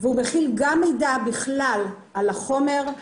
העלון מכיל גם מידע בכלל על החומר,